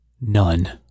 none